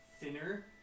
Thinner